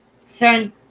certain